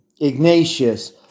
Ignatius